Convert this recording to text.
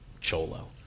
cholo